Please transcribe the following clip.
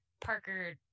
Parker